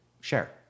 share